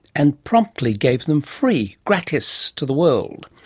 and promptly gave them free, gratis, to the world.